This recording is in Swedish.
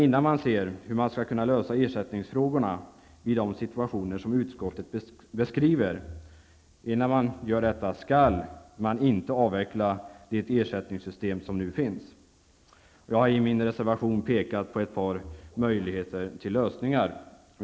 Innan man tittar på hur man skall lösa ersättningsfrågorna vid de situationer som utskottet beskriver, skall man inte avveckla det ersättningssystem som nu finns. Jag har i min reservation pekat på ett par möjliga lösningar.